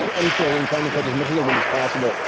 unfurling, trying to catch as much of the wind as possible,